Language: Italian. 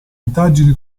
indagini